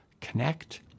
connect